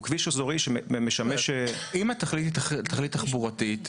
הוא כביש אזורי שמשמש --- אם התכלית היא תכלית תחבורתית,